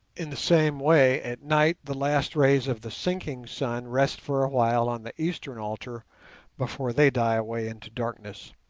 in the same way at night the last rays of the sinking sun rest for a while on the eastern altar before they die away into darkness.